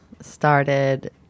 started